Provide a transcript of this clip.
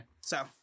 So-